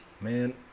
man